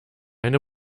eine